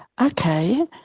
okay